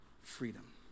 freedom